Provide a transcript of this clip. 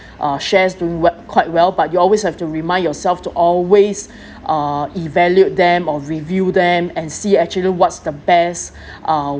uh shares doing we~ quite well but you always have to remind yourself to always uh evaluate them or review them and see actually what's the best uh